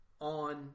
on